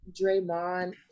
Draymond